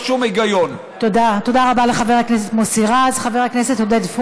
אין לזה שום הצדקה מוסרית שח"כים יקבלו